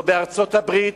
לא בארצות-הברית,